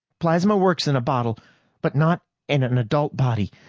plasma works in a bottle but not in an adult body.